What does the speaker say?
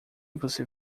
você